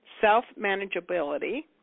self-manageability